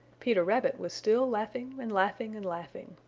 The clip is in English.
peter rabbit was still laughing and laughing and laughing.